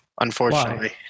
unfortunately